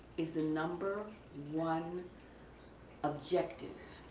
is the number one objective.